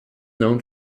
known